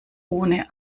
ohne